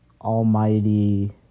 Almighty